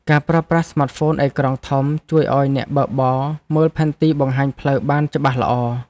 ការប្រើប្រាស់ស្មាតហ្វូនអេក្រង់ធំ ជួយឱ្យអ្នកបើកបរមើលផែនទីបង្ហាញផ្លូវបានច្បាស់ល្អ។